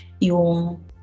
yung